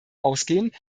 ausgehen